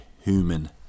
human